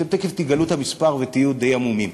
תכף תגלו את המספר ותהיו די המומים.